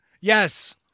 yes